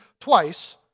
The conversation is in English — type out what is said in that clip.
twice